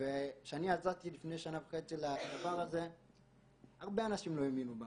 וכשאני יצאתי לפני שנה וחצי לדבר הזה הרבה אנשים לא האמינו בנו,